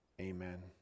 Amen